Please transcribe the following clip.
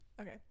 okay